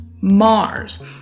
Mars